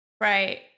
Right